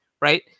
right